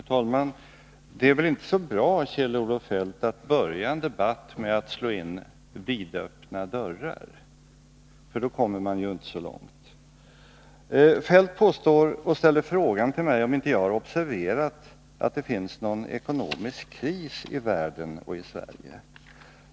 Herr talman! Det är väl inte så bra, Kjell-Olof Feldt, att börja en debatt med att slå in vidöppna dörrar. Kjell-Olof Feldt frågar mig om jag inte har observerat att det finns en ekonomisk kris i världen och i Sverige.